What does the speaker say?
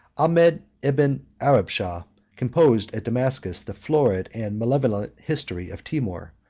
ahmed ebn arabshah composed at damascus the florid and malevolent history of timour,